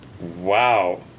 Wow